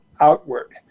outward